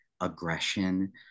aggression